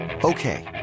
Okay